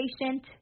patient